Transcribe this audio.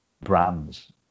Brands